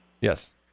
Yes